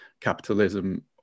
capitalism